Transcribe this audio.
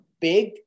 big